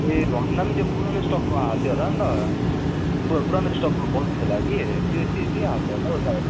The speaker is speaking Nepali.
ए भन्दा पनि त्यो पुरानो स्टकको हालिदियो होला नि त पुरानो स्टकको बल्ब थियो होला कि त्यो त्यो त्यही हालिदियो होला हौ सायद